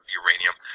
uranium